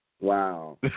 Wow